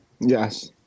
yes